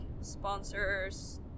sponsors